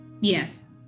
yes